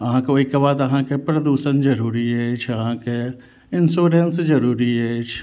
अहाँके ओहिके बाद अहाँके प्रदूषण जरूरी अछि अहाँके इन्स्योरेन्स जरूरी अछि